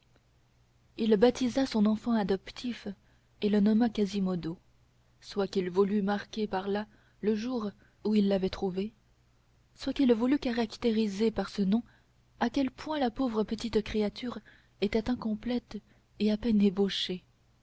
il baptisa son enfant adoptif et le nomma quasimodo soit qu'il voulût marquer par là le jour où il l'avait trouvé soit qu'il voulût caractériser par ce nom à quel point la pauvre petite créature était incomplète et à peine ébauchée